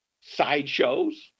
sideshows